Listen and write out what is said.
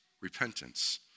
repentance